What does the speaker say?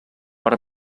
per